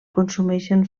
consumeixen